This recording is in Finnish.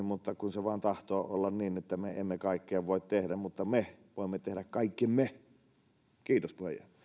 mutta kun se vain tahtoo olla niin että me emme voi tehdä kaikkea mutta me voimme tehdä kaikkemme kiitos